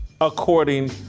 according